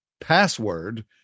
password